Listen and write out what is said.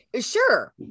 Sure